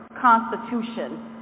constitution